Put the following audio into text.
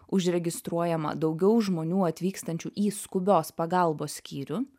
užregistruojama daugiau žmonių atvykstančių į skubios pagalbos skyrių